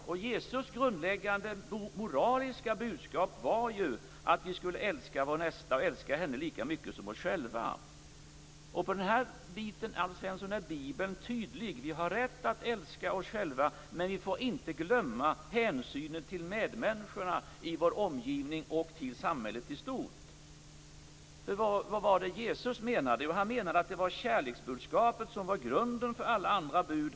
Jesus grundläggande moraliska budskap var ju att vi skulle älska vår nästa lika mycket som oss själva. Vad gäller denna bit, Alf Svensson, är bibeln tydlig. Vi har rätt att älska oss själva, men vi får inte glömma hänsynen till medmänniskorna i vår omgivning och till samhället i stort. Vad var det Jesus menade? Jo, han menade att det var kärleksbudskapet som var grunden för alla andra bud.